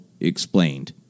explained